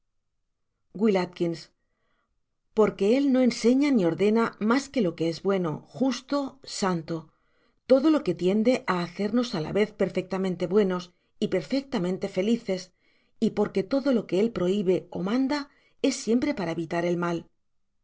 w a porque él no enseña ni ordena ma que lo que s bueno justo santo todo lo que tiende á hacernos á la tcz perfectamente buenos y perfectamente felices y porgue todo lo que él prohibe ó manda es siempre para evitar el mal